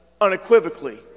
unequivocally